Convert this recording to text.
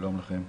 שלום לכן.